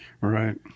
Right